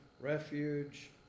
refuge